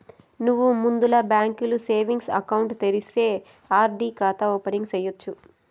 నువ్వు ముందల బాంకీల సేవింగ్స్ ఎకౌంటు తెరిస్తే ఆర్.డి కాతా ఓపెనింగ్ సేయచ్చు